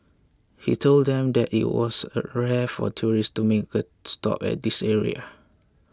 he told them that it was rare for tourists to make a stop at this area